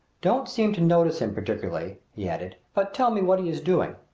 don't seem to notice him particularly, he added, but tell me what he is doing.